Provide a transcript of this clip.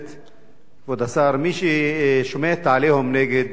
כבוד השר, מי ששומע את ה"עליהום" נגד דיסקין,